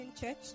Church